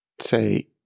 say